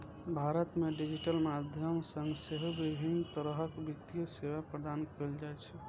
भारत मे डिजिटल माध्यम सं सेहो विभिन्न तरहक वित्तीय सेवा प्रदान कैल जाइ छै